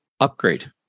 upgrade